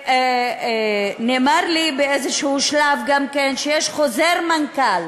נאמר לי באיזה שלב שיש חוזר מנכ"ל